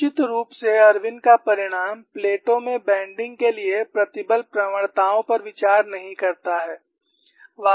निश्चित रूप से इरविन का परिणाम प्लेटों में बैंडिंग के लिए प्रतिबल प्रवणताओं पर विचार नहीं करता है